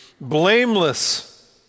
blameless